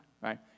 right